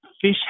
fish